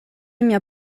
mia